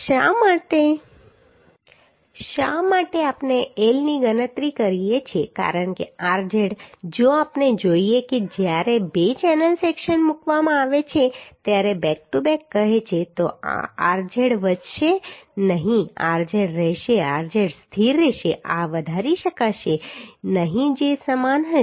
શા માટે આપણે L ની ગણતરી કરીએ છીએ કારણ કે rz જો આપણે જોઈએ કે જ્યારે 2 ચેનલ સેક્શન મૂકવામાં આવે છે ત્યારે બેક ટુ બેક કહે છે તો આ rz વધશે નહીં rz રહેશે rz સ્થિર રહેશે આ વધારી શકાશે નહીં જે સમાન હશે